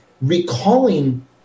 recalling